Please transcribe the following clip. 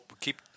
keep